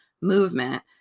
movement